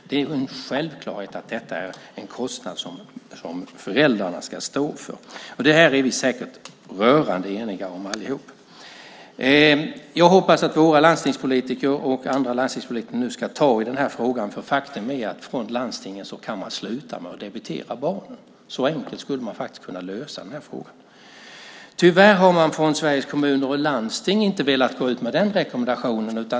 Det är en självklarhet att detta är en kostnad som föräldrarna ska stå för. Det här är vi säkert rörande eniga om. Jag hoppas att våra landstingspolitiker och andra landstingspolitiker ska ta tag i frågan. Faktum är att landstingen kan sluta debitera barnen. Så enkelt kan frågan lösas. Tyvärr har man från Sveriges Kommuner och Landsting inte velat gå ut med den rekommendationen.